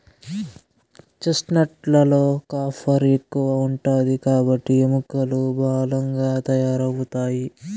chestnut లలో copper ఎక్కువ ఉంటాది కాబట్టి ఎముకలు బలంగా తయారవుతాయి